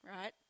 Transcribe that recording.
right